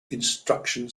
instruction